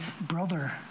Brother